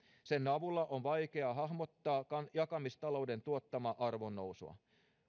sen avulla on vaikea hahmottaa jakamistalouden tuottamaa arvonnousua